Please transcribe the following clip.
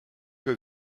que